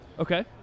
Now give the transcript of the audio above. Okay